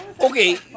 okay